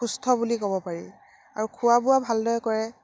সুস্থ বুলি ক'ব পাৰি আৰু খোৱা বোৱা ভালদৰে কৰে